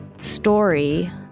Story